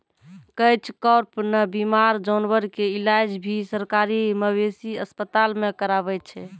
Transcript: catch कार्प नॅ बीमार जानवर के इलाज भी सरकारी मवेशी अस्पताल मॅ करावै छै